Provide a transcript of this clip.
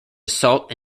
assault